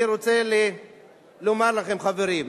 אני רוצה לומר לכם, חברים,